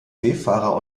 seefahrer